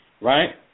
right